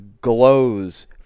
glows